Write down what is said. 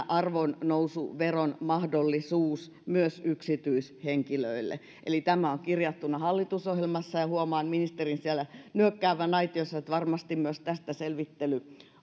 arvonnousuveron mahdollisuus myös yksityishenkilöille eli tämä on kirjattuna hallitusohjelmassa ja huomaan ministerin nyökkäävän siellä aitiossa joten varmasti myös tämän selvittely